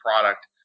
product